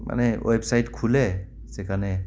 মানে ওয়েবসাইট খুলে সেইখানে